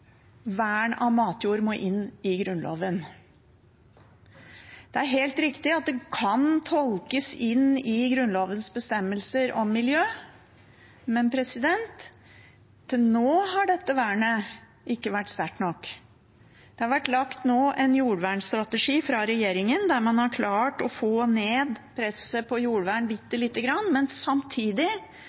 vern av matjord må inn i Grunnloven. Det er helt riktig at det kan tolkes inn i Grunnlovens bestemmelser om miljø, men til nå har dette vernet ikke vært sterkt nok. Det har vært lagt en jordvernstrategi fra regjeringens side hvor man har klart å få ned presset på jordvern bitte lite grann, men samtidig